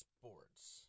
Sports